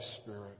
Spirit